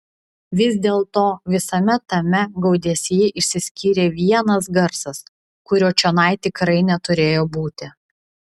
vis dėlto visame tame gaudesyje išsiskyrė vienas garsas kurio čionai tikrai neturėjo būti